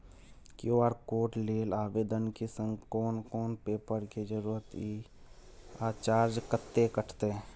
QR code लेल आवेदन के संग कोन कोन पेपर के जरूरत इ आ चार्ज कत्ते कटते?